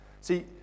See